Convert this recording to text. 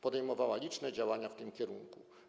Podejmowała liczne działania w tym kierunku.